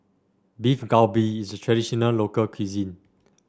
Beef Galbi is a traditional local cuisine